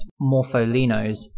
Morpholinos